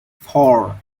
four